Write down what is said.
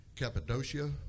Cappadocia